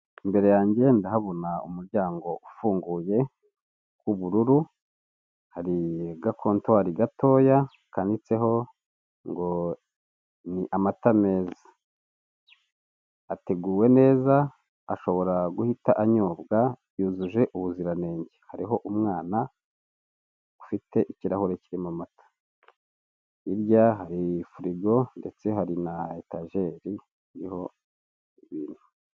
Imbere yanjye ndahabona umuryango ufunguye w'bururu hari agakontwari gatoya kanitseho ngo ni amata meza, ateguwe neza ashobora guhita anyobwa yujuje ubuziranenge, hariho umwana ufite ikirahure kirimo amata, hirya hari firigo ndetse hari na etajeri iriho ibintu.